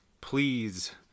please